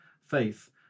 faith